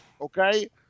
Okay